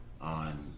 on